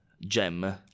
gem